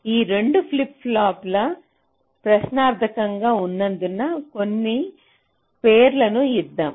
ఈ 2 ఫ్లిప్ ఫ్లాప్లు ప్రశ్నార్థకంగా ఉన్నందున కొన్ని పేర్లను ఇద్దాం